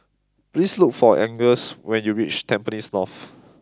please look for Angus when you reach Tampines North